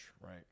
right